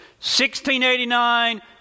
1689